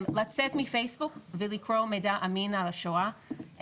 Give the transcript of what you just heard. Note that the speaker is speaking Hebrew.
לצאת מפייסבוק ולקרוא מידע אמין על השואה,